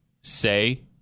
say